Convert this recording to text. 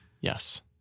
Yes